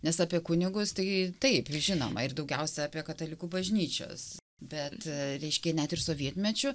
nes apie kunigus tai taip žinoma ir daugiausia apie katalikų bažnyčios bet reiškia net ir sovietmečiu